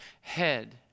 head